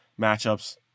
matchups